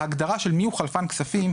ההגדרה של מי הוא חלפן כספים,